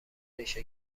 ریشه